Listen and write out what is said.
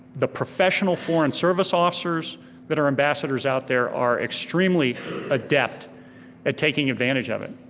the professional foreign service officers that are ambassadors out there are extremely adept at taking advantage of it.